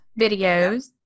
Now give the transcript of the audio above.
videos